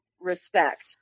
respect